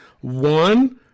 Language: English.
one